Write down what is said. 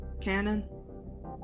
Canon